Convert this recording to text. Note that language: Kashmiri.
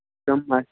تِم ماسکہٕ